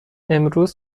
امروز